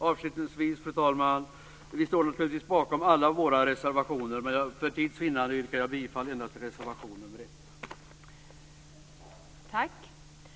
Avslutningsvis, fru talman, står vi naturligtvis bakom alla våra reservationer, men för tids vinnande yrkar jag bifall endast till reservation nr 1.